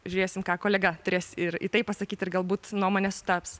žiūrėsim ką kolega turės ir į tai pasakyt ir galbūt nuomonės sutaps